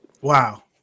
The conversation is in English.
Wow